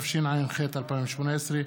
התשע"ח 2018,